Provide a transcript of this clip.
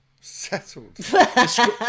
settled